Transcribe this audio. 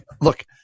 look